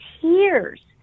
tears